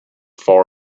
far